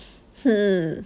hmm